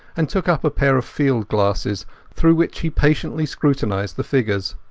and took up a pair of field-glasses through which he patiently scrutinized the figures.